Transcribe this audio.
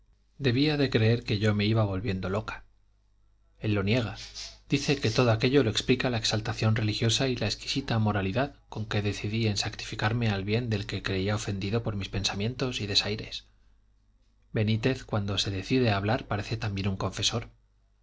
debía de creer que yo me iba volviendo loca él lo niega dice que todo aquello lo explica la exaltación religiosa y la exquisita moralidad con que decidí sacrificarme al bien del que creía ofendido por mis pensamientos y desaires benítez cuando se decide a hablar parece también un confesor